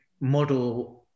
model